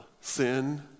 Sin